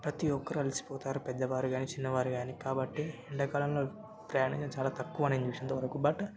ప్రతీ ఒక్కరు అలిసిపోతారు పెద్దవారు కాని చిన్నవారు కాని కాబట్టి ఎండాకాలంలో ప్రయాణం చేయడం చాలా తక్కువ నేను చూసినంతవరకు బట్